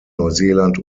neuseeland